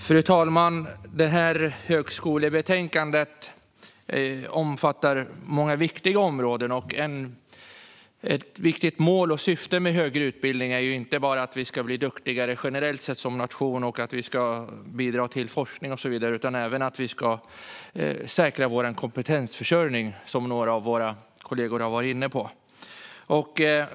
Fru talman! Det här högskolebetänkandet omfattar många viktiga områden. Ett viktigt mål och syfte med högre utbildning är inte bara att vi ska bli duktigare generellt sett som nation och att vi ska bidra till forskning och så vidare utan också att vi ska säkra vår kompetensförsörjning, vilket några kollegor har varit inne på.